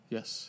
Yes